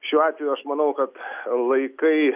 šiuo atveju aš manau kad laikai